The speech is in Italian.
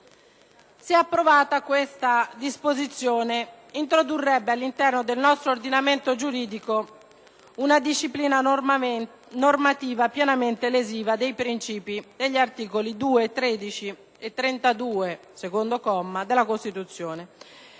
Se approvata, questa disposizione introdurrebbe all'interno del nostro ordinamento giuridico una disciplina normativa pienamente lesiva dei principi di cui agli articoli 2, 13 e 32, secondo comma, della Costituzione.